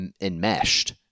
enmeshed